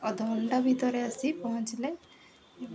ଅଧ ଘଣ୍ଟା ଭିତରେ ଆସି ପହଞ୍ଚିଲେ